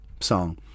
song